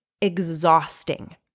exhausting